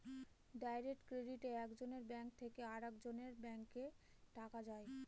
direct ক্রেডিটে এক জনের ব্যাঙ্ক থেকে আরেকজনের ব্যাঙ্কে টাকা যায়